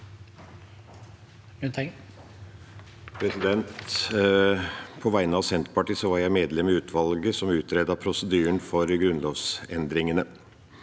På vegne av Senterpartiet var jeg medlem i utvalget som utredet prosedyren for grunnlovsendringene.